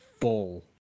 full